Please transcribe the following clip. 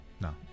No